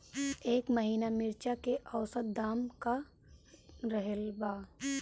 एह महीना मिर्चा के औसत दाम का रहल बा?